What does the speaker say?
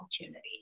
opportunity